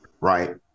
right